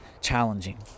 challenging